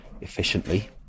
efficiently